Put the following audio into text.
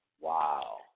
Wow